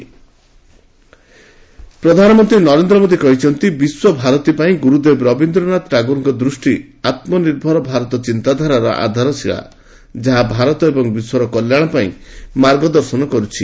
PM Visva Bharati ପ୍ରଧାନମନ୍ତ୍ରୀ ନରେନ୍ଦ୍ର ମୋଦୀ କହିଛନ୍ତି ବିଶ୍ୱଭାରତୀ ପାଇଁ ଗୁରୁଦେବ ରବୀନ୍ଦ୍ରନାଥ ଟାଗୋରଙ୍କ ଦୃଷ୍ଟି ଆତ୍କନିର୍ଭର ଭାରତ ଚିନ୍ତାଧାରାର ଆଧାରଶୀଳା ଯାହା ଭାରତ ଏବଂ ବିଶ୍ୱର କଲ୍ୟାଣ ପାଇଁ ମାର୍ଗଦର୍ଶନ କରୁଛି